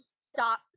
stop